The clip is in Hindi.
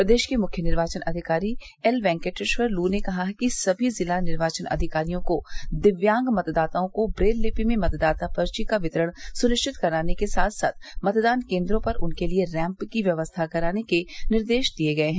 प्रदेश के मुख्य निर्वाचन अधिकारी एल वेक्टेश्वर लू ने कहा है कि सभी जिला निर्वाचन अधिकारियों को दिव्यांग मतदाताओं को ब्रेल लिपि में मतदाता पर्ची का वितरण सुनिश्चित कराने के साथ साथ मतदान केन्द्रों पर उनके लिए रैम्प की व्यवस्था कराने के निर्देश दे दिये गये हैं